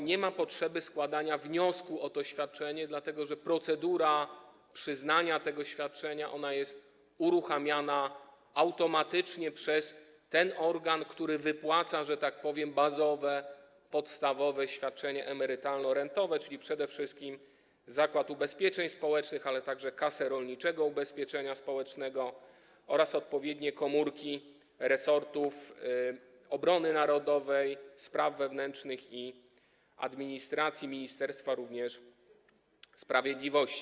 Nie ma potrzeby składania wniosku o to świadczenie, dlatego że procedura przyznania tego świadczenia jest uruchamiana automatycznie przez ten organ, który wypłaca, że tak powiem, bazowe, podstawowe świadczenie emerytalno-rentowe, czyli przede wszystkim Zakład Ubezpieczeń Społecznych, ale także Kasę Rolniczego Ubezpieczenia Społecznego oraz odpowiednie komórki resortów obrony narodowej, spraw wewnętrznych i administracji, również Ministerstwa Sprawiedliwości.